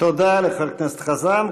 תודה לחבר הכנסת חזן.